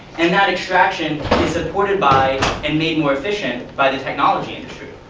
and that extraction is supported by and made more efficient by the technology industry.